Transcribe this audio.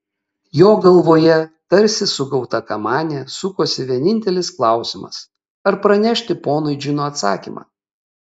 jo galvoje tarsi sugauta kamanė sukosi vienintelis klausimas ar pranešti ponui džino atsakymą